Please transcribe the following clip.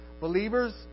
Believers